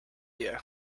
you